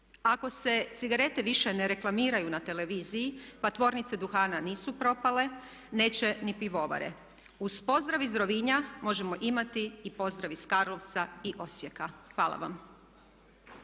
Ako se cigarete više ne reklamiraju na televiziji pa tvornice duhana nisu propale neće ni pivovare. Uz pozdrav iz Rovinja možemo imati i pozdrav iz Karlovca i Osijeka. Hvala vam.